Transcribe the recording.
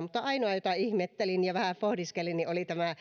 mutta ainoa mitä ihmettelin ja vähän pohdiskelin oli tämä